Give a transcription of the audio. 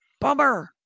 bummer